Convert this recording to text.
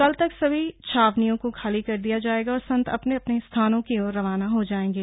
कल तक सभी छावनियों को खाली कर दिया जाएगा और संत अपने अपने स्थानों की ओर रवाना हो जाएंगे